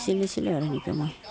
চিলাইছিলোঁঁ আৰু সেনেকৈ মই